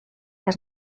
las